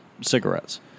cigarettes